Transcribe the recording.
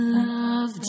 love